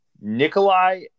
Nikolai